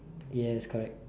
yes correct